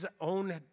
own